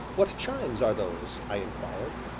what chimes are those? i inquired.